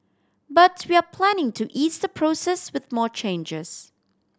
but we are planning to ease the process with more changes